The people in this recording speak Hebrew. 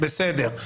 בסדר.